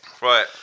Right